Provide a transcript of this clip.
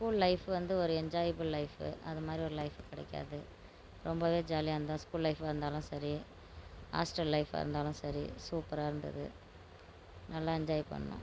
school life வந்து ஒரு enjoyable life அதை மாதிரி ஒரு லைஃப் கிடைக்காது ரொம்பவே ஜாலியாகருந்தோம் ஸ்கூல் லைஃபாகருந்தாலும் சரி ஹாஸ்டல் லைஃபாகருந்தாலும் சரி சூப்பராக இருந்தது நல்லா என்ஜாய் பண்ணோம்